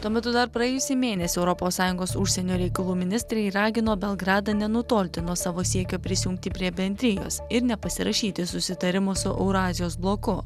tuo metu dar praėjusį mėnesį europos sąjungos užsienio reikalų ministrai ragino belgradą nenutolti nuo savo siekio prisijungti prie bendrijos ir nepasirašyti susitarimo su eurazijos bloku